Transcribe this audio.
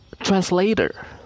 translator